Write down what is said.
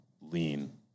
lean